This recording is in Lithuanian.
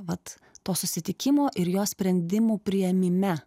vat to susitikimo ir jo sprendimų priėmime